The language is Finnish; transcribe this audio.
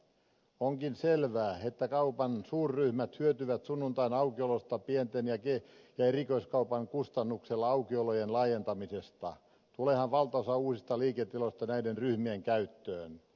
onkin selvää että kaupan suurryhmät hyötyvät sunnuntain aukiolosta pienten kauppojen ja erikoiskaupan kustannuksella aukiolon laajentamisesta tuleehan valtaosa uusista liiketiloista näiden ryhmien käyttöön